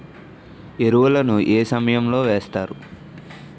ఎరువుల ను ఏ సమయం లో వేస్తారు?